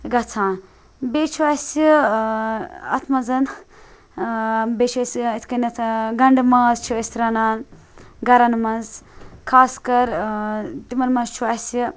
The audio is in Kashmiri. گَژھان بیٚیہِ چھِ اَسہِ ٲں اَتھ مَنٛز بیٚیہِ چھِ اَسہِ اِتھہٕ کٔنٮ۪تھ گَنڑٕ ماز چھِ أسۍ رَنان گَرَن مَنٛز خاص کَر تِمَن مَنٛز چھُ اَسہِ